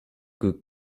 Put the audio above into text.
could